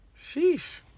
Sheesh